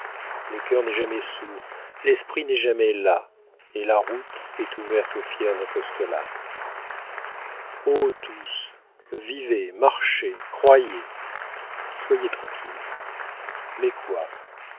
le cœur n'est jamais sourd l'esprit n'est jamais las et la route est ouverte aux fiers apostolats ô tous vivez marchez croyez soyez tranquilles mais quoi